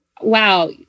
wow